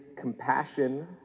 compassion